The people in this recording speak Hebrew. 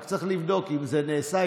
רק צריך לבדוק אם זה נעשה.